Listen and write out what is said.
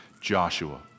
Joshua